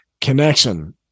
connection